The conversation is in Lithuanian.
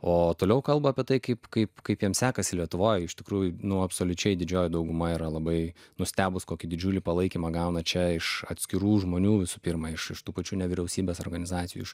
o toliau kalba apie tai kaip kaip kaip jam sekasi lietuvoj iš tikrųjų nu absoliučiai didžioji dauguma yra labai nustebus kokį didžiulį palaikymą gauna čia iš atskirų žmonių visų pirma iš tų pačių nevyriausybinių organizacijų